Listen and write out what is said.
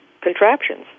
contraptions